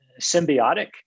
symbiotic